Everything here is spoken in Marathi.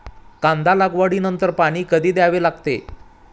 कांदा लागवडी नंतर पाणी कधी द्यावे लागते?